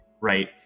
right